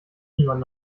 niemand